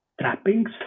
trappings